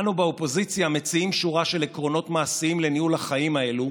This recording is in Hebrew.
אנו באופוזיציה מציעים שורה של עקרונות מעשיים לניהול החיים האלה,